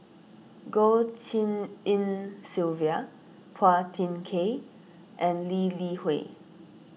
Goh Tshin En Sylvia Phua Thin Kiay and Lee Li Hui